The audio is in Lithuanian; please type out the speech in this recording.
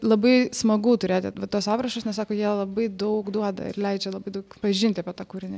labai smagu turėti dvi tuos aprašus nesako jie labai daug duoda ir leidžia labai daug pažinti tą kūrinį